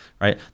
right